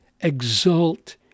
exult